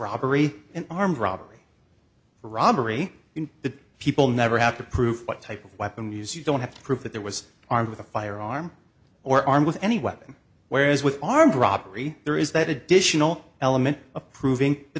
robbery an armed robbery robbery in the people never have to prove what type of weapon use you don't have to prove that there was armed with a firearm or armed with any weapon whereas with armed robbery there is that additional element of proving th